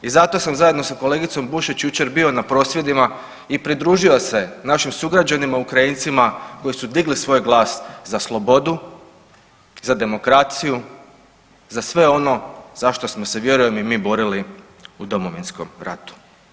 I zato sam zajedno sa kolegicom Bušić jučer bio na prosvjedima i pridružio se našim sugrađanima Ukrajincima koji su digli svoj glas za slobodu, za demokraciju, za sve ono za što smo se vjerujem i mi borili u Domovinskom ratu.